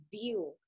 view